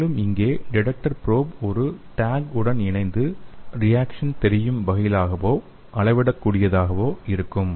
மேலும் இங்கே detector probe ஒரு டேக் உடன் இணைந்து ரியேக்சன் தெரியும் வகையிலோ அளவிடக்கூடியதாகவோ இருக்கும்